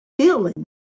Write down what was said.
feeling